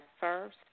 first